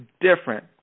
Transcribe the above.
different